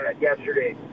yesterday